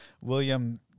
William